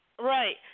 Right